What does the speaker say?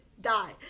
die